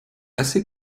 assez